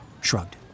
shrugged